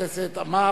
חבר הכנסת עמאר,